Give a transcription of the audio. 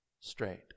straight